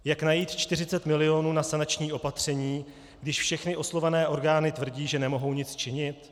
Jak najít 40 milionů na sanační opatření, když všechny oslovené orgány tvrdí, že nemohou nic činit?